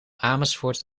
amersfoort